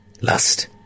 Lust